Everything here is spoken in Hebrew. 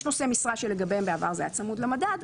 יש נושאי משרה שלגביהם בעבר זה היה צמוד למדד,